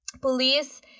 police